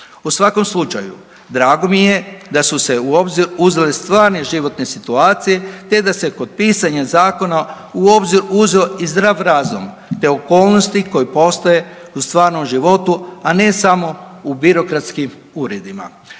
U svakom slučaju drago mi je da su se u obzir uzeli stvari životne situacije, te da se kod pitanja zakona u obzir uzeo i zdrav razum, te okolnosti koje postoje u stvarnom životu, a ne samo u birokratskim uredima.